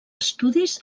estudis